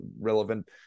relevant